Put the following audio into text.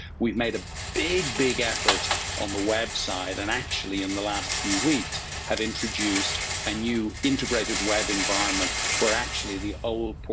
we've made a big, big effort on the website and actually in the last few weeks have introduced a new integrated web environment where actually the old